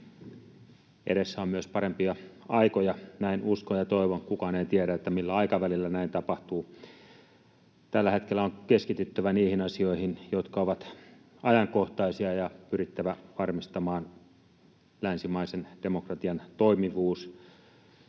edessä on myös parempia aikoja. Näin uskon ja toivon. Kukaan ei tiedä, millä aikavälillä näin tapahtuu. Tällä hetkellä on keskityttävä niihin asioihin, jotka ovat ajankohtaisia, ja pyrittävä varmistamaan länsimaisen demokratian toimivuus